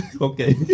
Okay